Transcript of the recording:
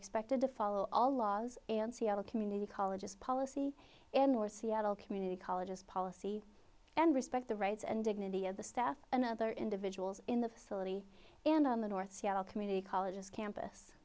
expected to follow all laws community colleges policy in north seattle community colleges policy and respect the rights and dignity of the staff and other individuals in the facility and on the north seattle community colleges campus